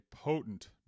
potent